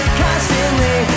constantly